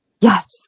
yes